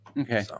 Okay